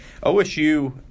OSU